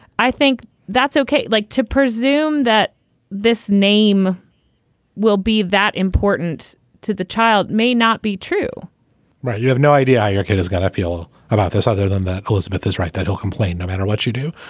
i think that's ok. like to presume that this name will be that important to the child may not be true right. you have no idea how yeah kid is gonna feel about this other than that elizabeth is right that he'll complain no matter what you do.